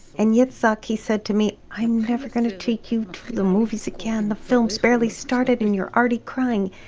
and yitzhak, he said to me, i'm never gonna take you to the movies again. the film's barely started and you're already crying.